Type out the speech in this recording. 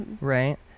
right